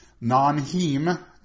non-heme